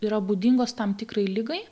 yra būdingos tam tikrai ligai